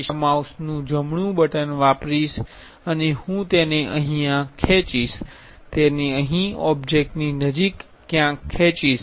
તેથી હું મારા માઉસનું જમણુ બટન વાપરીશ અને હું તેને અહીં ખેંચીશ તેને અહીં ઓબ્જેક્ટની નજીક ક્યાંક ખેંચીશ